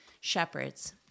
Shepherds